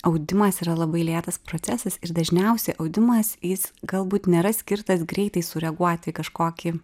audimas yra labai lėtas procesas ir dažniausia audimas jis galbūt nėra skirtas greitai sureaguoti į kažkokį